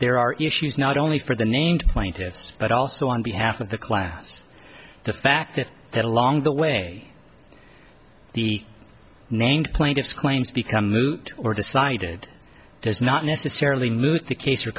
there are issues not only for the named plaintiffs but also on behalf of the class the fact that that along the way the named plaintiffs claims become moot or decided does not necessarily moot the case o